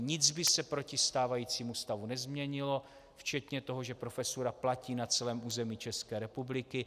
Nic by se proti stávajícímu stavu nezměnilo včetně toho, že profesura platí na celém území České republiky.